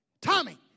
Tommy